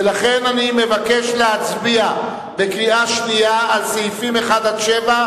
ולכן אני מבקש להצביע בקריאה שנייה על סעיפים 1 7,